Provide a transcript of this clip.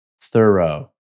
thorough